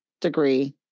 degree